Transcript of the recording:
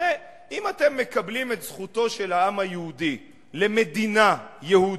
הרי אם אתם מקבלים את זכותו של העם היהודי למדינה יהודית,